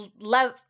love